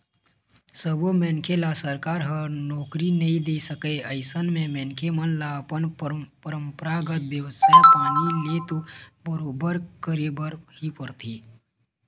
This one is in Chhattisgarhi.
सब्बो मनखे ल सरकार ह नउकरी नइ दे सकय अइसन म मनखे मन ल अपन परपंरागत बेवसाय पानी ल तो बरोबर करे बर ही परथे